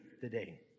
today